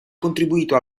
contribuito